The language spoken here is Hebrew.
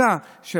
גם בקואליציה,